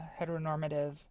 heteronormative